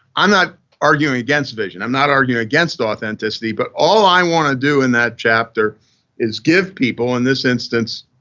i'm not arguing against vision. i'm not arguing against authenticity, but all i want to do in that chapter is give people, in this instance